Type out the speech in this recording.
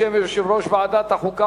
בשם יושב-ראש ועדת החוקה,